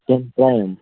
ten prime